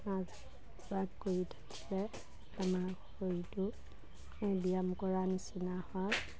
নাচ বাগ কৰি থাকিলে আমাৰ শৰীৰটো ব্যায়াম কৰা নিচিনা হয়